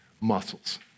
Muscles